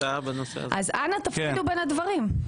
אז אנא תפרידו בין הדברים.